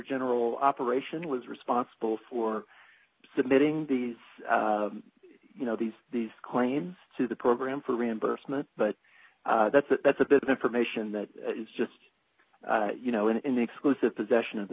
general operation was responsible for submitting these you know these these claims to the program for reimbursement but that's it that's a bit of information that is just you know an exclusive possession of the